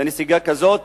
ונסיגה כזו,